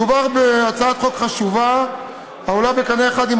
מדובר בהצעת חוק חשובה העולה בקנה אחד עם